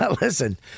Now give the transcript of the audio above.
Listen